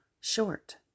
short